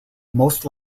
most